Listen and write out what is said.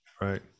Right